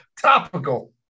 topical